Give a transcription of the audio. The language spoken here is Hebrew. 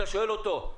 אתה שואל אותו: